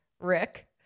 Rick